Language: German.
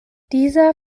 dieser